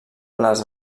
les